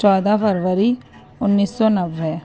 چودہ فروری انیس سو نوے